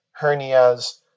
hernias